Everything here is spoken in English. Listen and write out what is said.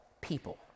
people